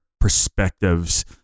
perspectives